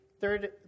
Third